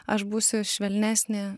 aš būsiu švelnesnė